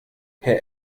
herr